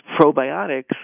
probiotics